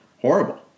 horrible